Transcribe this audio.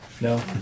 No